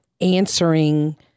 answering